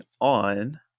on